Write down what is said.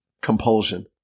compulsion